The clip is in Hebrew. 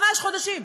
ממש חודשים.